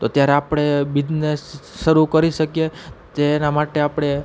તો ત્યારે આપણે બીજનેસ શરૂ કરી શકીએ જેના માટે આપણે